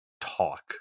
talk